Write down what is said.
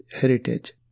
heritage